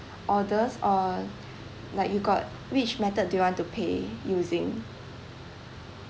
orders or like you got which method do you want to pay using